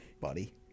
buddy